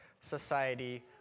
society